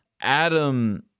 Adam